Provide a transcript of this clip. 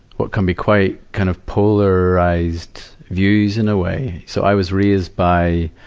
what can be quite, kind of polarized views, in a way. so i was raised by,